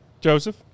joseph